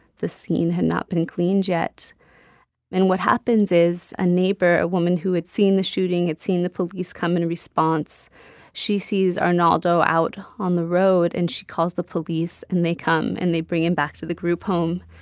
the scene had not been cleaned yet and what happens is a neighbor, a woman who had seen the shooting, had seen the police come in response she sees arnaldo out on the road. and she calls the police, and they come. and they bring him back to the group home.